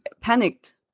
panicked